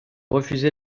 refusez